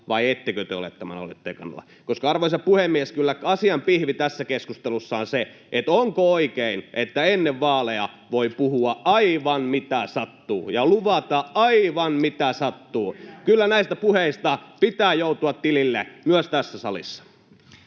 vai ettekö te ole tämän aloitteen kannalla. Arvoisa puhemies! Kyllä asian pihvi tässä keskustelussa on se, onko oikein, että ennen vaaleja voi puhua aivan mitä sattuu ja luvata aivan mitä sattuu. [Antti Kurvinen: Juuri näin!] Kyllä näistä puheista pitää joutua tilille myös tässä salissa.